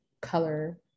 color